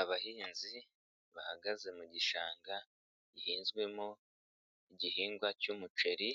Abahinzi bahagaze mu gishanga, gihinzwemo igihingwa cy'umuceri,